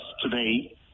today